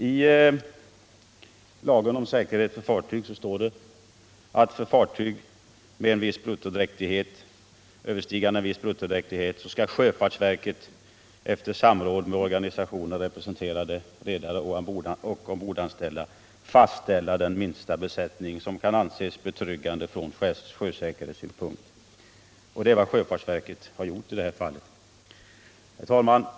I lagen om säkerhet för fartyg står det att för fartyg överstigande en viss bruttodräktighet skall sjöfartsverket, efter samråd med organisationer representerande redare och ombordanställda, fastställa den minsta besättning som kan anses betryggande från sjösäkerhetssynpunkt. Det är vad sjöfartsverket har gjort i detta fall. Herr talman!